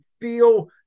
feel